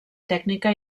tècnica